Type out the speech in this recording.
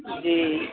جی